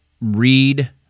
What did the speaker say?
read